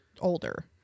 older